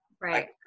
right